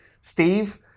Steve